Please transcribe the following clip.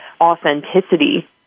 authenticity